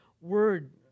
Word